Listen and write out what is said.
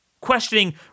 questioning